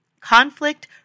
conflict